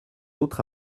autre